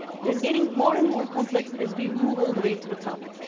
and getting more and more complex as we move all the way to the top